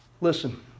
Listen